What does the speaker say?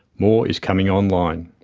more is coming on line.